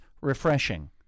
refreshing